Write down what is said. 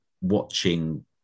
watching